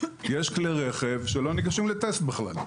יש כלי רכב שלא ניגשים לטסט בכלל.